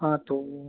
हाँ तो